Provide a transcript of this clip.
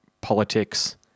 politics